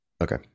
okay